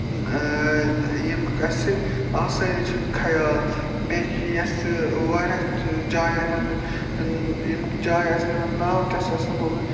ییٚمیُک اَسہِ آسٲنی چھِنہٕ خیال بیٚکہِ یَسہٕ واریاہ جایَن ہُنٛد یِم جایہِ آسہٕ یِمَن ناو تہِ اَسہِ آسہِ نہٕ بوٗز